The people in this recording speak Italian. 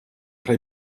tra